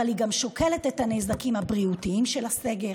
אבל היא גם שוקלת את הנזקים הבריאותיים של הסגר,